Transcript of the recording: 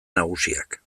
nagusiak